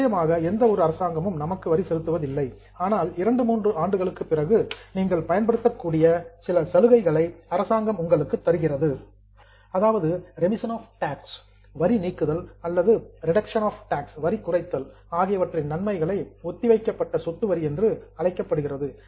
நிச்சயமாக எந்த ஒரு அரசாங்கமும் நமக்கு வரி செலுத்துவதில்லை ஆனால் இரண்டு மூன்று ஆண்டுகளுக்குப் பிறகு நீங்கள் பயன்படுத்தக்கூடிய சில சலுகைகளை அரசாங்கம் உங்களுக்கு தருகிறது அதாவது ரெமிஷன் ஆஃப் டேக்ஸ் வரி நீக்குதல் அல்லது ரெடக்ஷன் ஆஃப் டேக்ஸ் வரி குறைத்தல் ஆகியவற்றின் நன்மைகள் ஒத்திவைக்கப்பட்ட சொத்து வரி என்று அழைக்கப்படுகிறது